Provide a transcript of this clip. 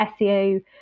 SEO